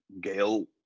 Gail